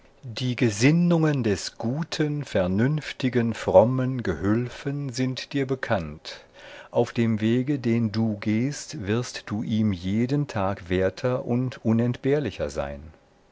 die gesinnungen des guten vernünftigen frommen gehülfen sind dir bekannt auf dem wege den du gehst wirst du ihm jeden tag werter und unentbehrlicher sein